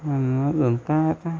मना जमतंय आता